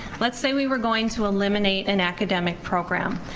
let's say we were going to eliminate an academic program.